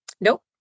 Nope